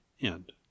end